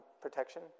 protection